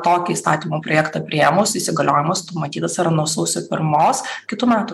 tokį įstatymo projektą priėmus įsigaliojimas numatytas ar nuo sausio pirmos kitų metų